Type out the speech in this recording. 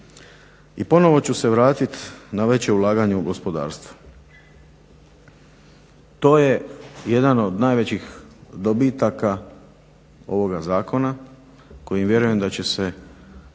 I ponovo ću se vratiti na veće ulaganje u gospodarstvu. To je jedan od najvećih dobitaka ovoga zakona koji vjerujem da će se